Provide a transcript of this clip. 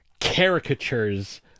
caricatures